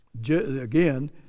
again